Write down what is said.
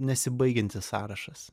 nesibaigiantis sąrašas